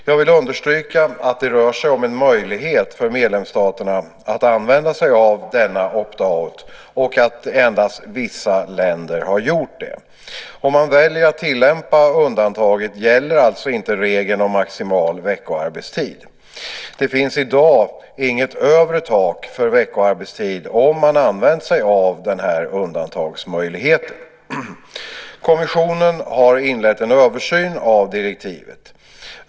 Jag vill understryka att det rör sig om en möjlighet för medlemsstaterna att använda sig av denna opt out och att endast vissa länder har gjort det. Om man väljer att tillämpa undantaget gäller alltså inte regeln om maximal veckoarbetstid. Det finns i dag inget övre tak för veckoarbetstid om man använt sig av den här undantagsmöjligheten. Kommissionen har inlett en översyn av direktivet.